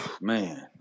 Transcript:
Man